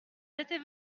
étaient